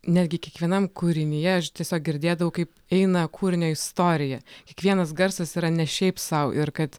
netgi kiekvienam kūrinyje aš tiesiog girdėdavau kaip eina kūrinio istorija kiekvienas garsas yra ne šiaip sau ir kad